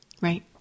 right